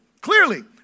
clearly